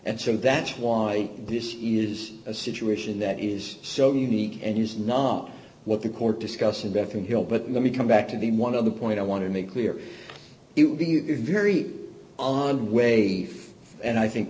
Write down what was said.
and so that's why this is a situation that is so unique and is not what the court discusses bethink hill but let me come back to the one other point i want to make clear it would be very on way and i think